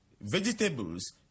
vegetables